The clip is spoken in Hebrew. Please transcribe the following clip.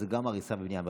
שזה גם הריסה ובנייה מחדש,